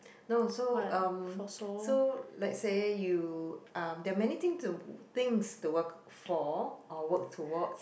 no so um so let's say you uh there are many thing to things to work for or work towards